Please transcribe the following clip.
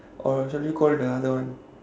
or shall we call the other one